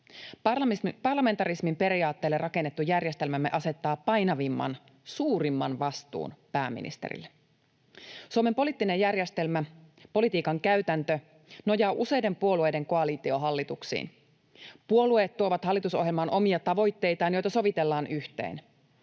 Parlamentarismin periaatteille rakennettu järjestelmämme asettaa painavimman, suurimman vastuun pääministerille. Suomen poliittinen järjestelmä, politiikan käytäntö, nojaa useiden puolueiden koalitiohallituksiin. Puolueet tuovat hallitusohjelmaan omia tavoitteitaan, joita sovitellaan yhteen.